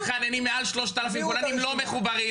מתחננים מעל 3,000 כוננים לא מחוברים.